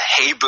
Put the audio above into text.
Hey